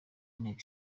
inteko